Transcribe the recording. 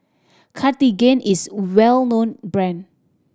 Cartigain is a well known brand